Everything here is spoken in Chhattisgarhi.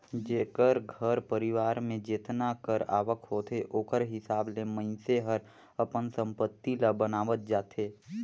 जेकर घर परिवार में जेतना कर आवक होथे ओकर हिसाब ले मइनसे हर अपन संपत्ति ल बनावत जाथे